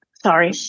Sorry